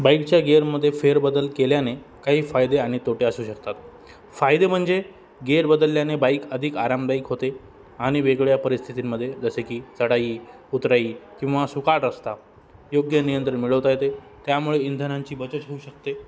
बाईकच्या गेअरमध्ये फेरबदल केल्याने काही फायदे आणि तोटे असू शकतात फायदे म्हणजे गेअर बदलल्याने बाईक अधिक आरामदायीक होते आणि वेगवेगळ्या परिस्थितींमध्ये जसे की चढाई उतराई किंवा सुकाट रस्ता योग्य नियंत्रण मिळवता येते त्यामुळे इंधनांची बचत होऊ शकते